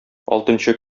алтынчы